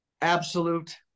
absolute